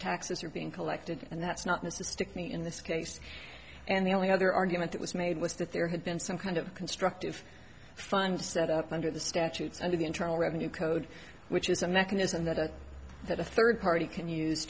taxes are being collected and that's not miss a stick me in this case and the only other argument that was made was that there had been some kind of constructive fund set up under the statute under the internal revenue code which is a mechanism that that a third party can use